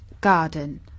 garden